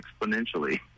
exponentially